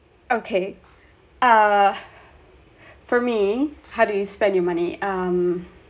okay ah for me how do you spend your money um